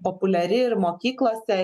populiari ir mokyklose